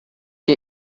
que